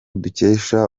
dukesha